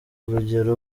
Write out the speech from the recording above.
urugero